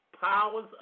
powers